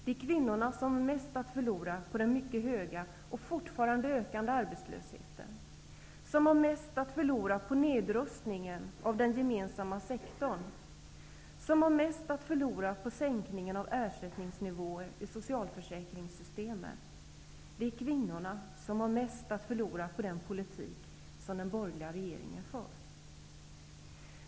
Det är kvinnorna som har mest att förlora på den mycket höga och fortfarande ökande arbetslösheten, som har mest att förlora på nedrustningen av den gemensamma sektorn, som har mest att förlora på sänkningen av ersättningsnivåer i socialförsäkringssystemen. Det är kvinnorna som har mest att förlora på den politik som den borgerliga regeringen för.